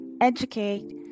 educate